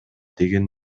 деген